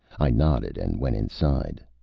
i nodded and went inside.